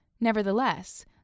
Nevertheless